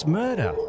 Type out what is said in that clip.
murder